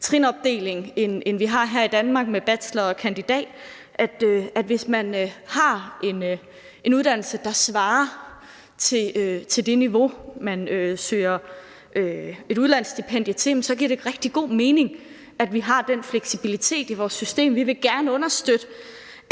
trinopdeling, end vi har her i Danmark med bachelor og kandidat – altså, hvis man har en uddannelse, der svarer til det niveau, man søger et udlandsstipendie til, giver det rigtig god mening, at vi har den fleksibilitet i vores system. Vi vil gerne understøtte,